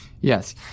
Yes